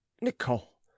Nicole